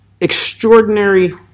extraordinary